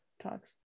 talks